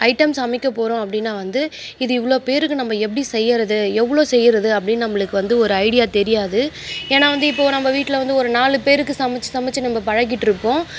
இந்த ஒரு ஐட்டம் சமைக்கப் போகிறோம் அப்படின்னா வந்து இது இவ்வளோ பேருக்கு நம்ம எப்படி செய்கிறது எவ்வளோ செய்கிறது அப்படின்னு நம்மளுக்கு வந்து ஒரு ஐடியா தெரியாது ஏன்னால் வந்து இப்போது நம்ம வீட்டில் வந்து ஒரு நாலுப் பேருக்கு சமைத்து சமைத்து நம்ம பழக்கிட்டிருப்போம்